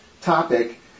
topic